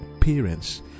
parents